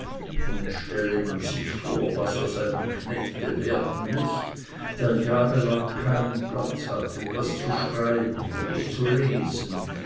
nun stelle man sich vor was aus einem knechte werden muß der jahrelang keinen platz hat etwas zu schreiben oder zu lesen